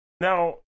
Now